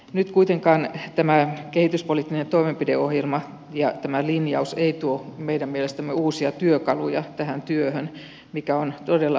nyt kuitenkaan tämä kehityspoliittinen toimenpideohjelma ja tämä linjaus ei tuo meidän mielestämme uusia työkaluja tähän työhön mikä on todella harmittavaa